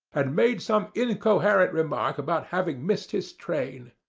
and made some incoherent remark about having missed his train.